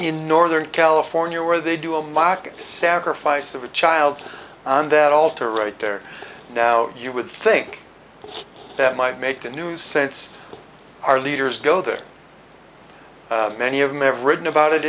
in northern california where they do a mock sacrifice of a child on that altar right there now you would think that might make a new sense our leaders go there many of them ever written about it